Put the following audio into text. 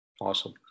Awesome